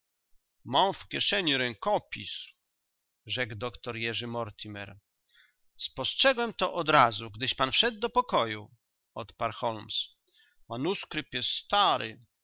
mam w kieszeni rękopis rzekł doktor jerzy mortimer spostrzegłem to odrazu gdyś pan wszedł do pokoju odparł holmes manuskrypt jest stary